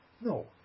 No